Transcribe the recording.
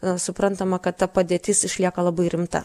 na suprantama kad ta padėtis išlieka labai rimta